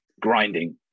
grinding